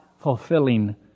fulfilling